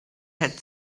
had